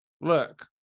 look